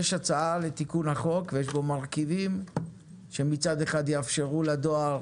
יש הצעה לתיקון החוק כך שמצד אחד מאפשרים לדואר